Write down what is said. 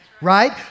right